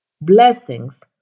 blessings